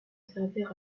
servir